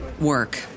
work